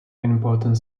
important